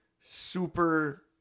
super